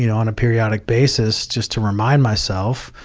you know on a periodic basis just to remind myself,